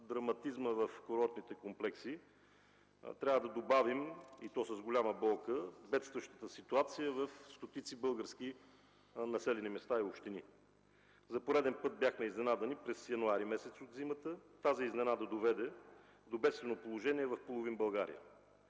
драматизма в курортните комплекси трябва да добавим, и то с голяма болка, бедстващата ситуация в стотици български населени места и общини. За пореден път там бяха изненадани от зимата през месец януари. Тази изненада доведе до бедствено положение в половин България.